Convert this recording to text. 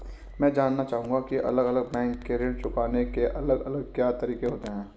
मैं जानना चाहूंगा की अलग अलग बैंक के ऋण चुकाने के अलग अलग क्या तरीके होते हैं?